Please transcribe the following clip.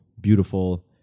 beautiful